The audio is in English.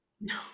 No